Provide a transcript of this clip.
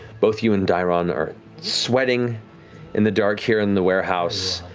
both you and dairon are sweating in the dark here in the warehouse.